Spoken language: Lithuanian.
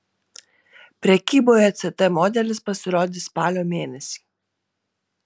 prekyboje ct modelis pasirodys spalio mėnesį